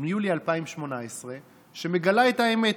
מיולי 2018 שמגלה את האמת,